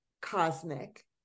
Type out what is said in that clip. cosmic